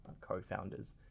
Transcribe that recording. co-founders